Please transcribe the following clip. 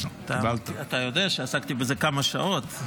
אתה יודע שעסקתי בזה כמה שעות.